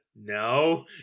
no